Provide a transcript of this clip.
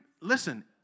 listen